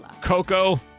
Coco